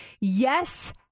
Yes